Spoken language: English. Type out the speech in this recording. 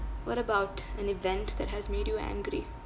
what about an event that has made you angry